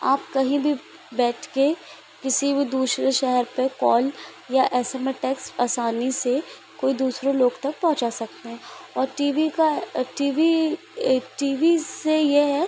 आप कहीं भी बैठकर किसी भी दूसरे शहर पर कॉल या एस एम ए टेक्स आसानी से कोई दूसरो लोग तक पहुँचा सकते हैं और टी वी का टी वी टी वी से यह है